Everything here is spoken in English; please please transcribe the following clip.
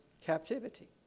captivity